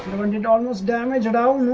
and and almost damage, and